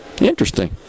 Interesting